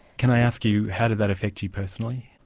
can i ask you how did that affect you personally?